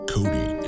Cody